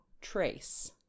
Trace